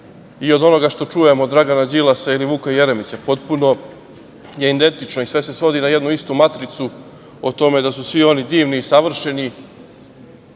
i od onoga što čujemo od Dragana Đilasa ili Vuka Jeremića, potpuno je identično i sve se svodi na jednu istu matricu o tome da su svi oni divni i savršeni,